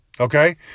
Okay